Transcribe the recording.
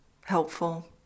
helpful